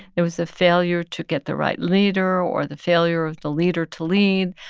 it was a failure to get the right leader or the failure of the leader to lead.